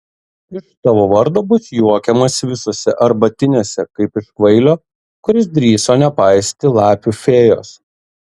iš tavo vardo bus juokiamasi visose arbatinėse kaip iš kvailio kuris drįso nepaisyti lapių fėjos